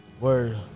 word